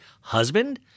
husband